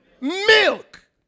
milk